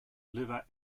liver